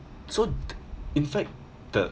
so th~ in fact the